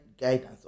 guidance